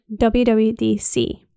WWDC